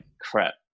crap